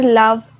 love